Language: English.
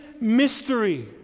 mystery